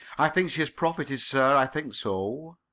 i think she has profited, sir. i think so.